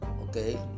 okay